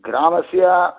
ग्रामस्य